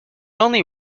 only